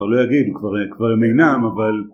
כבר לא יגיד, כבר הם אינם, אבל...